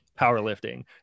powerlifting